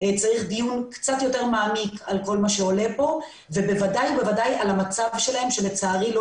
צריך דיון קצת יותר מעמיק ובוודאי על המצב שלהם כי לצערי לא